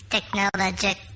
Technologic